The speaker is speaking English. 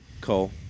Cole